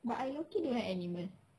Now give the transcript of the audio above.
but I don't think you like animal